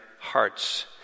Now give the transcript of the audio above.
Hearts